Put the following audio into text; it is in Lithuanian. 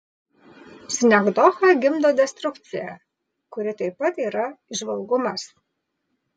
sinekdocha gimdo destrukciją kuri taip pat yra įžvalgumas